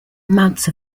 amounts